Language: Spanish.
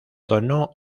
donó